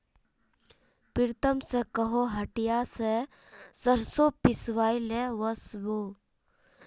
प्रीतम स कोहो हटिया स सरसों पिसवइ ले वस बो